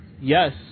Yes